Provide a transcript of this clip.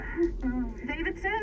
Davidson